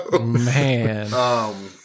Man